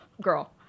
girl